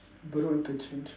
bedok interchange